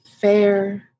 fair